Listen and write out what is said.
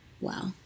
wow